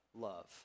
love